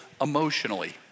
emotionally